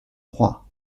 trois